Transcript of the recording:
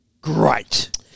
Great